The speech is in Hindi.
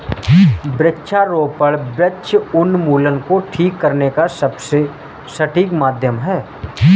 वृक्षारोपण वृक्ष उन्मूलन को ठीक करने का सबसे सटीक माध्यम है